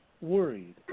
worried